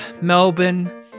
Melbourne